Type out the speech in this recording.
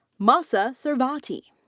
mahsa servati.